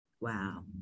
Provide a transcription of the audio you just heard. Wow